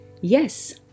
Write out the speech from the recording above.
Yes